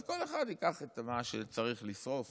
אז כל אחד ייקח את מה שצריך לשרוף